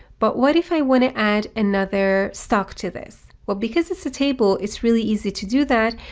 but what if i want to add another stock to this? well, because it's a table it's really easy to do that.